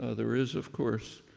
ah there is, of course,